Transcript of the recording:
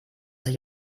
sich